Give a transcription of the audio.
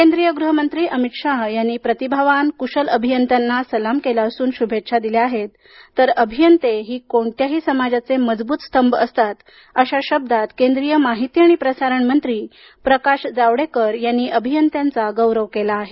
केंद्रीय गृहमंत्री अमित शाह यांनी प्रतिभावान कुशल अभियंत्यांना सलाम केला असून शुभेच्छा दिल्या आहेत तर अभियंते ही कोणत्याही समाजाचे मजबूत स्तंभ असतात अशा शब्दात केंद्रीय माहिती आणि प्रसारण मंत्री प्रकाश जावडेकर यांनी या अभियंत्यांचा गौरव केला आहे